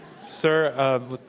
sir, ah